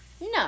no